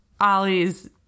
ollie's